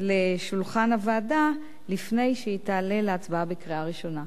לשולחן הוועדה לפני שהיא תעלה להצבעה בקריאה ראשונה.